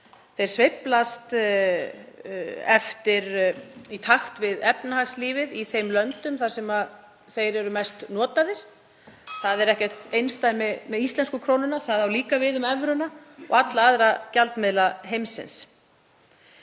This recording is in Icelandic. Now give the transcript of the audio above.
Þeir sveiflast í takt við efnahagslífið í þeim löndum þar sem þeir eru mest notaðir. Það er ekkert einsdæmi með íslensku krónuna, það á líka við um evruna og alla aðra gjaldmiðla heimsins.